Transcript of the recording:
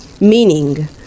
meaning